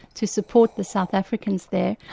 to support the south africans there,